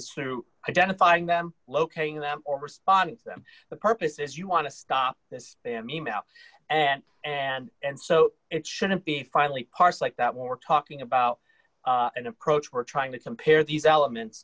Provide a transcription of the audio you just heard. it's through identifying them locating them or responding to them the purpose is you want to stop this e mail and and and so it shouldn't be finally parsed like that we're talking about an approach we're trying to compare these elements